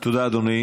תודה, אדוני.